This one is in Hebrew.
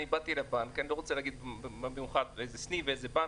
הגעתי לבנק אני לא רוצה להגיד איזה סניף ואיזה בנק,